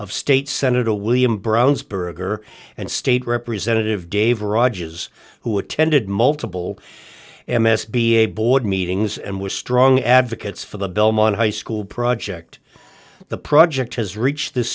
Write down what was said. of state senator william brown's burger and state representative dave raja's who attended multiple m s b a board meetings and was strong advocates for the belmont high school project the project has reached this